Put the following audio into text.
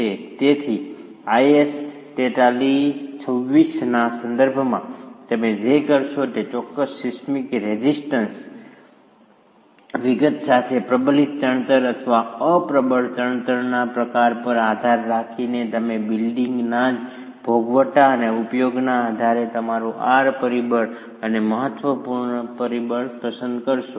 તેથી IS 4326 ના સંદર્ભમાં તમે જે કરશો તે ચોક્કસ સિસ્મિક રેઝિસ્ટન્ટ વિગત સાથે પ્રબલિત ચણતર અથવા અપ્રબળ ચણતરના પ્રકાર પર આધાર રાખીને તમે બિલ્ડિંગના જ ભોગવટા અને ઉપયોગના આધારે તમારું R પરિબળ અને મહત્વપૂર્ણ પરિબળ પસંદ કરશો